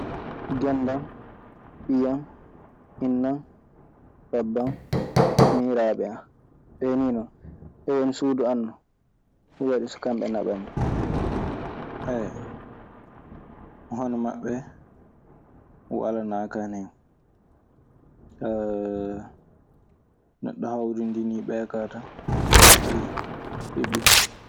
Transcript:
Gennde an, Ɓiye an, Inne an, debbo an, miñiraaɓe an ɓee nii non. Ɓe woni suudu an non. Ɗun waɗi so kamɓe naɓammi. Hono maɓɓe walanaa kan hen. Neɗɗo hawrindinii ɓee kaa tan, heɓii.